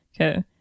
Okay